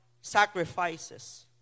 sacrifices